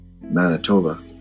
Manitoba